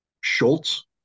Schultz